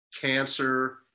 Cancer